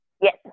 Yes